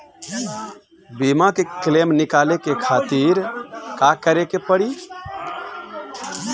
बीमा के क्लेम निकाले के खातिर का करे के पड़ी?